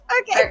Okay